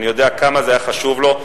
אני יודע כמה זה היה חשוב לו,